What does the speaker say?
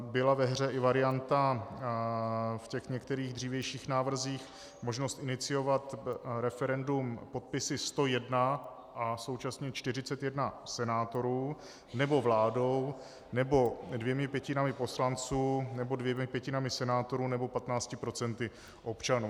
Byla ve hře i varianta v některých dřívějších návrzích možnost iniciovat referendum podpisy 101 a současně 41 senátorů, nebo vládou, nebo dvěma pětinami poslanců, nebo dvěma pětinami senátorů, nebo 15 procenty občanů.